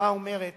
האומרת